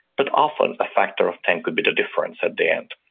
but often a factor of ten could be the difference at the and